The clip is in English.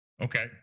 Okay